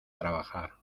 trabajar